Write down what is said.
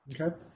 Okay